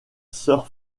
sir